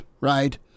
right